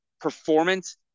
performance